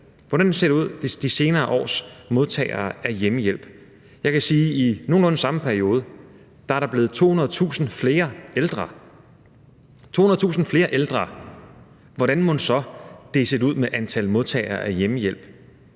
Hvordan ser det ud i forhold til de senere års modtagere af hjemmehjælp? Jeg kan sige, at der i nogenlunde samme periode er blevet 200.000 flere ældre – 200.000 flere ældre. Hvordan mon så det har set ud med antal modtagere af hjemmehjælp?